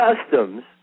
customs